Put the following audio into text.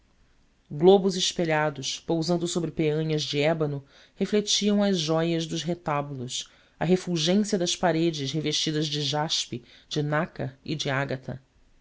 globos espelhados pousando sobre peanhas de ébano refletiam as jóias dos retábulos a refulgência das paredes revestidas de jaspe de nácar e de ágata